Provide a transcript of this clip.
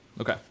Okay